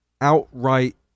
outright